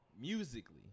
musically